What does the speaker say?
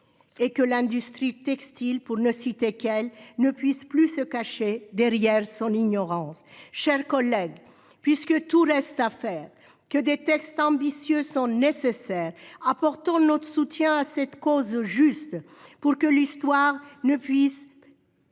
et que l'industrie textile, pour ne citer qu'elle, ne puisse plus se cacher derrière son ignorance. Mes chers collègues, puisque tout reste à faire, puisque des textes ambitieux sont nécessaires, apportons notre soutien à cette cause juste. Pour que l'histoire ne puisse